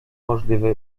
możliwej